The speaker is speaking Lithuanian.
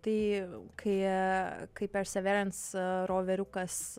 tai kai kai perseverance roveriukas